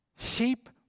Sheep